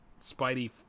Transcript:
Spidey